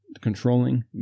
controlling